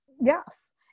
yes